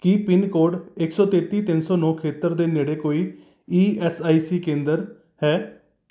ਕੀ pin code ਇੱਕ ਸੌ ਤੇਤੀ ਤਿੰਨ ਸੌ ਨੌ ਖੇਤਰ ਦੇ ਨੇੜੇ ਕੋਈ ਈ ਐੱਸ ਆਈ ਸੀ ਕੇਂਦਰ ਹੈ